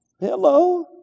Hello